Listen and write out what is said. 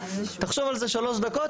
תחשוב על זה שלוש דקות,